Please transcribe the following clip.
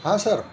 हा सर